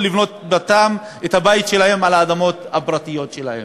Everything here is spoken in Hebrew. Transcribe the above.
שהם לא יוכלו לבנות את הבית שלהם על האדמות הפרטיות שלהם?